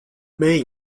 made